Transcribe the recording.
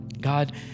God